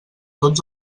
tots